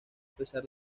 pesar